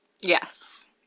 Yes